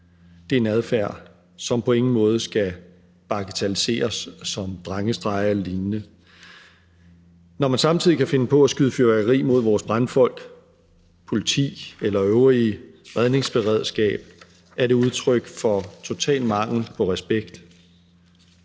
Det er en adfærd, som på ingen måde skal bagatelliseres som drengestreger eller lignende. Når man samtidig kan finde på at skyde fyrværkeri mod vores brandfolk, politi eller øvrige redningsberedskab, er det udtryk for total mangel på respekt.